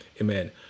Amen